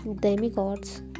demigods